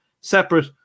separate